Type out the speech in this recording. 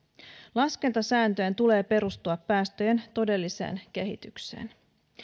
laskentasääntöjen tulee perustua päästöjen todelliseen kehitykseen